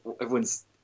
everyone's